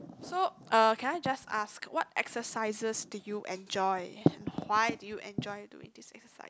so can I just ask what exercises do you enjoy and why do you enjoy doing these exercises